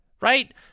right